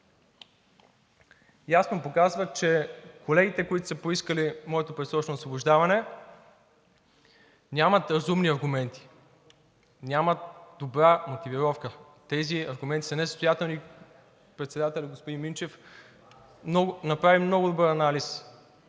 ясно показват, че колегите, които са поискали моето предсрочно освобождаване, нямат разумни аргументи, нямат добра мотивировка. Тези аргументи са несъстоятелни. Председателят господин Минчев направи много добър анализ,